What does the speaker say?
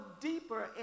deeper